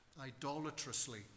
idolatrously